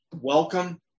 welcome